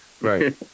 right